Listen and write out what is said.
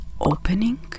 opening